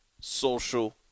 social